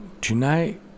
tonight